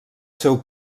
seu